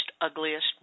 ugliest